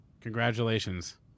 Congratulations